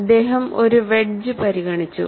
അദ്ദേഹം ഒരു വെഡ്ജ് പരിഗണിച്ചു